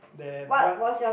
they have what